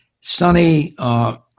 Sonny